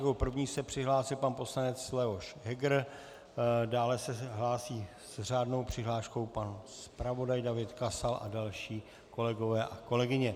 Jako první se přihlásil pan poslanec Leoš Heger, dále se hlásí s řádnou přihláškou pan zpravodaj David Kasal a další kolegové a kolegyně.